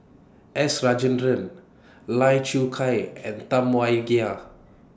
S Rajendran Lai Choo Chai and Tam Wai Jia